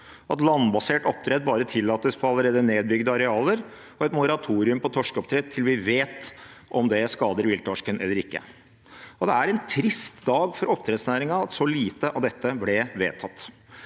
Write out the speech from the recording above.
at landbasert oppdrett bare tillates på allerede nedbygde arealer, og et moratorium på torskeoppdrett til vi vet om det skader villtorsken eller ikke. Det er en trist dag for oppdrettsnæringen at så lite av dette blir vedtatt.